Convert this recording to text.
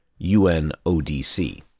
UNODC